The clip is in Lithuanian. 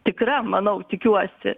tikra manau tikiuosi